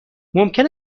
ممکن